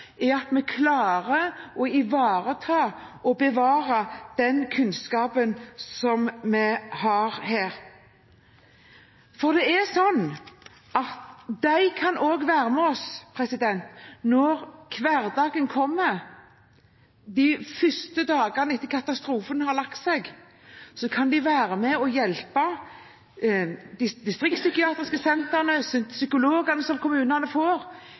er at vi klarer å ivareta og bevare den kunnskapen som vi har her. For det er sånn at de også kan være med oss når hverdagen kommer, når de første dagene etter katastrofen har lagt seg. De kan være med og hjelpe de distriktspsykiatriske sentrene og psykologene som kommunene får,